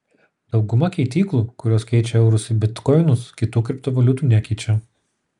dauguma keityklų kurios keičia eurus į bitkoinus kitų kriptovaliutų nekeičia